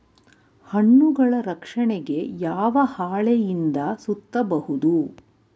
ಹಣ್ಣುಗಳ ರಕ್ಷಣೆಗೆ ಯಾವ ಹಾಳೆಯಿಂದ ಸುತ್ತಬಹುದು?